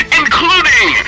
including